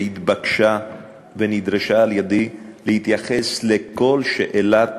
שנתבקשה ונדרשה על-ידי להתייחס לכל שאלת